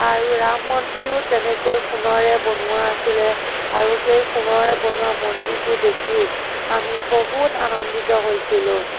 আৰু ৰাম মন্দিৰো তেনেকৈ সোণেৰে বনোৱা আছিলে আৰু সেই সোণেৰে বনোৱা মন্দিৰটো দেখি আমি বহুত আনন্দিত হৈছিলোঁ